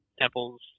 temples